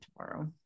tomorrow